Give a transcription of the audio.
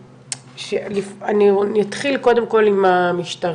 אז אני אתחיל קודם כל עם המשטרה,